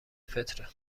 فطره